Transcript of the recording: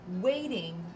waiting